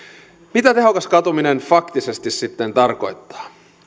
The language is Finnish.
mitä tehokas katuminen faktisesti sitten tarkoittaa